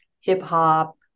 hip-hop